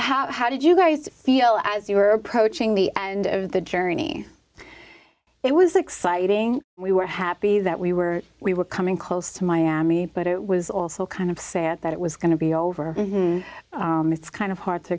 so how did you guys feel as you were approaching the end of the journey it was exciting we were happy that we were we were coming close to miami but it was also kind of sad that it was going to be over it's kind of hard to